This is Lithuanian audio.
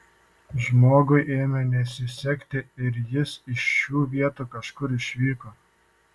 žmogui ėmė nesisekti ir jis iš šių vietų kažkur išvyko